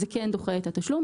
זה כן דוחה את התשלום.